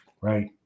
right